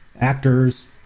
actors